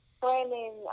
planning